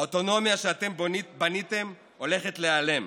האוטונומיה שאתם בניתם הולכת להיעלם.